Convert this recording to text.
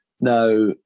Now